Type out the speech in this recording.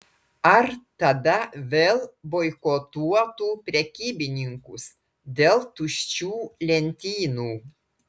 ar tada vėl boikotuotų prekybininkus dėl tuščių lentynų